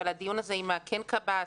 אבל הדיון הזה אם כן קב"ס,